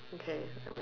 okay